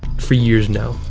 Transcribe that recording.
for years now,